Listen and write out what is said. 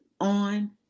on